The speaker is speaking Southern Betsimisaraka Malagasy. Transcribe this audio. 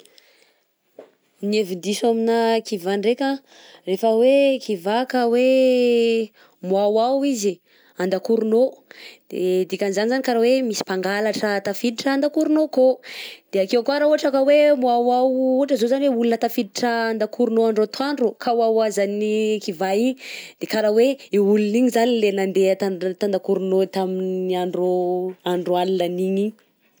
Ny hevi-diso amina kiva ndreka, rehefa hoe kiva ka hoe miwaowao izy andakoronao de dikany zany zany karaha hoe misy mpangalatra tafiditra andakoronao akao, de akeo koà raha ohatra ka hoe miwaowao ohatra zao zany hoe olo tafiditra andakoronao andro atoandro ka waowazan'ny kiva igny de karaha hoe olo igny zany le nandeha tan- tandakoronao tamin'ny andro andro alignanigny igny.